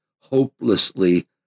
hopelessly